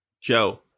Joe